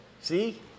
See